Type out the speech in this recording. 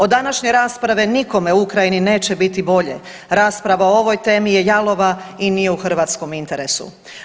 Od današnje rasprave nikome u Ukrajini neće biti bolje, rasprava o ovoj temi je jalova i nije u hrvatskom interesu.